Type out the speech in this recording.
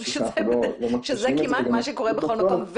אנחנו לא מכחישים את זה --- שזה מה שקורה כמעט בכל מקום.